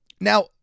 Now